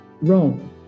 Wrong